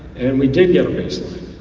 and we did get a baseline.